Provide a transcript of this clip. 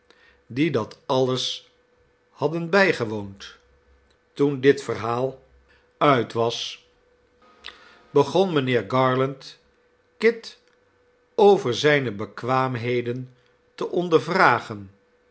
die dat alles hadden bijgewoond toen dit verhaal uit was begon mijnheer garland kit over zijne bekwaamheden te